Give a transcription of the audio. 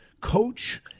coach